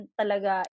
talaga